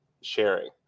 sharing